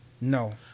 No